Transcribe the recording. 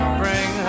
bring